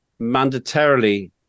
mandatorily